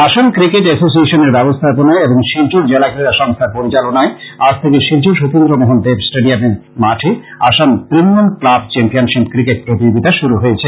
Assam cricket এসোসিয়েশনের ব্যবস্থাপনায় এবং শিলচর জেলা ক্রীড়া সংস্থার পরিচালনায় আজ থেকে স্থানীয় সতীন্দ্র মোহন দেব স্টেডিয়ামের মাঠে Assam premium club championship cricket প্রতিযোগীতা শুরু হয়েছে